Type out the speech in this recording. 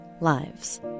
lives